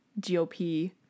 GOP